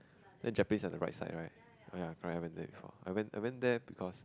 then Jap place at the right side right oh correct I went there before I went there because